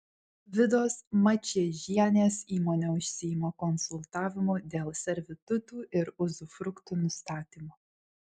vidos mačiežienės įmonė užsiima konsultavimu dėl servitutų ir uzufruktų nustatymo